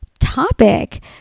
topic